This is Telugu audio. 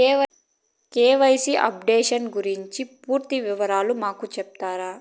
కె.వై.సి అప్డేషన్ గురించి పూర్తి వివరాలు మాకు సెప్తారా?